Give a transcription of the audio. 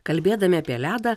kalbėdami apie ledą